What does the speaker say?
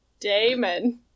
Damon